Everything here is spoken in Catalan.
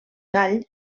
tall